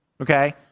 Okay